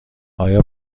آیا